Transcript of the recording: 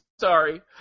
sorry